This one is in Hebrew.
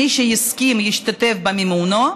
מי שהסכים ישתתף במימונה,